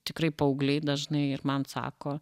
tikrai paaugliai dažnai ir man sako